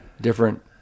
different